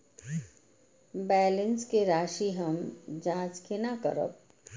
Balance के राशि हम जाँच केना करब?